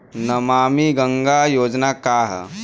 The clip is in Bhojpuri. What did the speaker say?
नमामि गंगा योजना का ह?